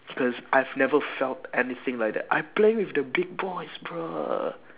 cause I've never felt anything like that I playing with the big boys bruh